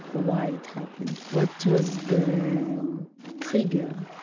why it happened? what was the trigger?